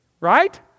Right